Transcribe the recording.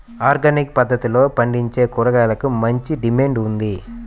organic పద్దతిలో పండించే కూరగాయలకు మంచి డిమాండ్ ఉంది